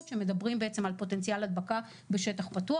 שמדברים על פוטנציאל הדבקה בשטח פתוח.